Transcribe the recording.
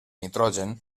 nitrogen